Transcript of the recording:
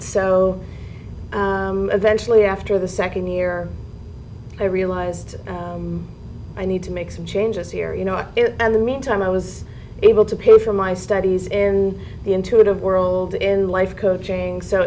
so eventually after the second year i realized i need to make some changes here you know in the meantime i was able to pay for my studies in the intuitive world in life coaching so